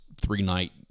three-night